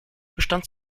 bestand